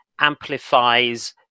amplifies